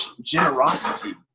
generosity